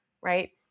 Right